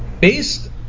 Based